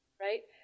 right